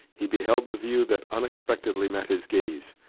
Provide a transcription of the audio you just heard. he beheld the view that unexpectedly met his gaze.